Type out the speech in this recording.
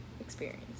experience